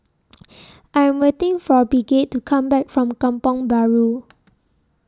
I Am waiting For Bridgett to Come Back from Kampong Bahru